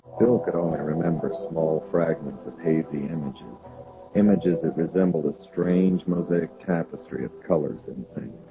bill could only remember small fragments of hazy images images that resembled a strange mosaic tapestry of colors and things